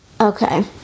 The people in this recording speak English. Okay